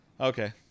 Okay